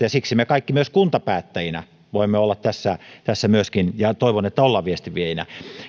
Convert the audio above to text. ja siksi me kaikki myös kuntapäättäjinä voimme olla myöskin tässä ja toivon että olemme viestinviejinä